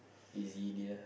lazy dear